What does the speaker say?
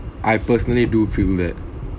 I personally do feel that